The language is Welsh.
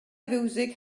fiwsig